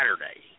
Saturday